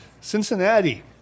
Cincinnati